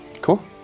Cool